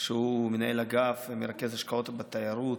שהוא מנהל אגף מרכז השקעות בתיירות,